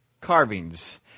carvings